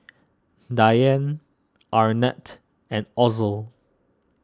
Dianne Arnett and Ozell